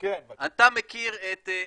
אתה מכיר את,